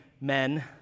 men